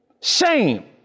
Shame